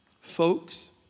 folks